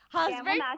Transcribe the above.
husband